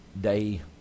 day